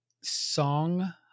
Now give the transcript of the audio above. song